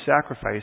sacrifice